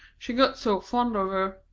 she got so fond of her,